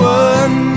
one